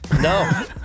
no